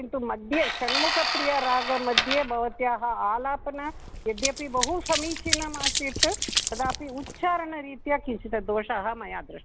किन्तु मध्ये षण्मुखप्रियरागमध्ये भवत्याः आलापनं यद्यपि बहु समीचीनमासीत् तथापि उच्चारणरीत्या किञ्चित् दोषाः मया दृष्टाः